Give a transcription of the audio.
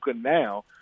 now